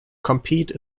compete